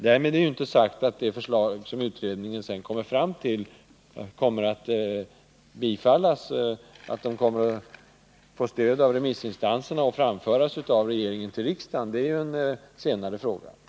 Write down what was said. Därmed är det inte sagt att det förslag som utredningen kommer fram till får stöd av remissinstanserna och framförs till riksdagen av regeringen. Det är en senare fråga.